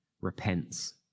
repents